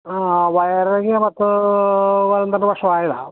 ആ വയറിങ്ങ് അകത്ത് പന്ത്രണ്ട് വർഷമായതാണ്